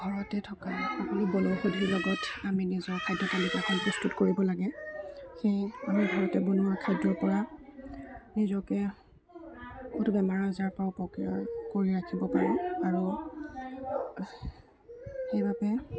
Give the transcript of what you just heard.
ঘৰতে থকা আপুনি বনৌষধিৰ লগত আমি নিজৰ খাদ্য তালিকাখন প্ৰস্তুত কৰিব লাগে সেয়ে আমি ঘৰতে বনোৱা খাদ্যৰ পৰা নিজকে বহুতো বেমাৰ আজাৰৰ পৰা উপক্ৰিয় কৰি ৰাখিব পাৰোঁ আৰু সেইবাবে